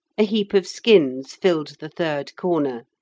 a heap of skins filled the third corner,